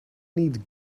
need